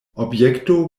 objekto